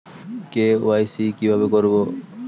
KYC কিভাবে করব?